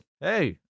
hey